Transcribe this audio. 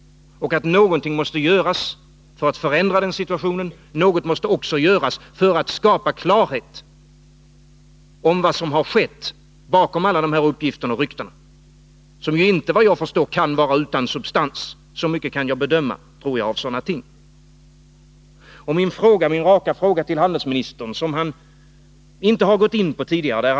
Någonting måste göras för att förändra den situationen. Något måste också göras för att skapa klarhet om vad som har skett bakom alla de här uppgifterna och ryktena som ju inte, såvitt jag förstår, kan vara utan substans. Så mycket kan jag bedöma, tror jag, av sådana ting. Handelsministern har inte gått in på min raka fråga.